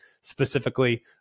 specifically